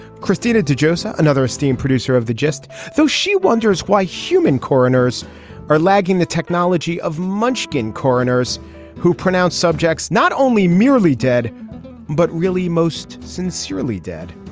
christina to joseph. another esteemed producer of the just so she wonders why human coroners are lagging the technology of munchkin coroners who pronounce subjects not only merely dead but really most sincerely dead.